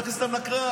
להכניס אותם לקרב.